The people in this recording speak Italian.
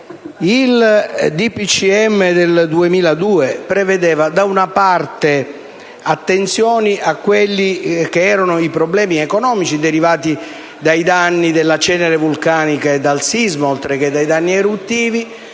ministri del 2002 prevedeva, da una parte, attenzioni a quelli che erano i problemi economici derivati dai danni delle ceneri vulcaniche e dal sisma, oltre che dai danni eruttivi